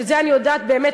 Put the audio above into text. ואת זה אני יודעת באמת,